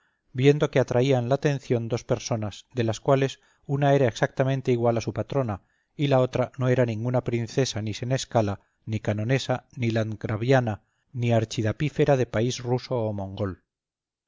viendo que atraían la atención dos personas de las cuales una era exactamente igual a su patrona y la otra no era ninguna princesa ni senescala ni canonesa ni landgraviata ni archidapífera de país ruso o mongol